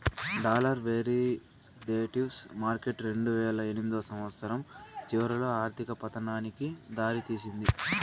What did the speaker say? dollar derivatives market రెండువేల ఎనిమిదో సంవచ్చరం చివరిలో ఆర్థిక పతనానికి దారి తీసింది